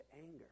anger